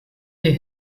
die